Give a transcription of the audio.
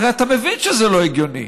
הרי אתה מבין שזה לא הגיוני,